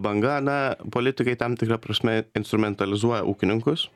banga na politikai tam tikra prasme instrumentalizuoja ūkininkus